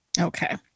Okay